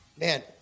man